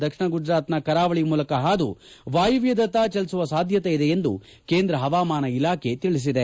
ದಕ್ಷಿಣ ಗುಜರಾತ್ ನ ಕರಾವಳಿ ಮೂಲಕ ಹಾದು ವಾಯವ್ದದತ್ತ ಚಲಿಸುವ ಸಾಧ್ಯತೆ ಇದೆ ಎಂದು ಕೇಂದ್ರ ಹವಾಮಾನ ಇಲಾಖೆ ತಿಳಿಸಿದೆ